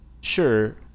sure